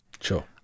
Sure